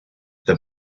the